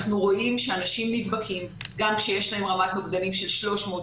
אנחנו רואים שאנשים נדבקים גם כשיש להם רמת נוגדנים של 300,